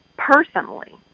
Personally